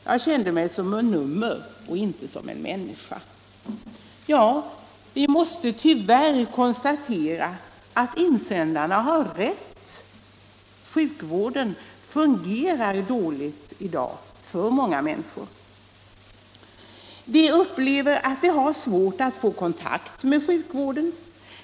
Jag kände mig som ett nummer, inte som en människa. Vi måste tyvärr konstatera att insändarna har rätt — sjukvården fungerar dåligt i dag för många människor. De upplever att de har svårt att få kontakt med sjukvården.